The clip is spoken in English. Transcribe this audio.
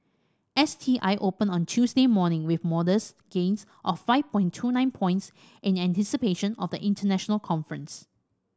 S T I opened on Tuesday morning with modest gains of five point two nine points in anticipation of the international conference